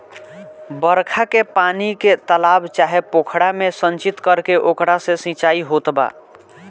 बरखा के पानी के तालाब चाहे पोखरा में संचित करके ओकरा से सिंचाई होत बा